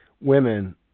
women